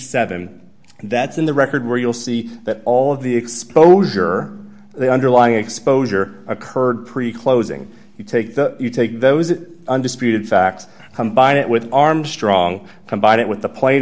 seven that's in the record where you'll see that all of the exposure the underlying exposure occurred pretty closing you take you take those undisputed facts combine it with armstrong combine it with the pla